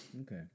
Okay